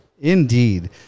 Indeed